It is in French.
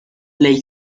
lake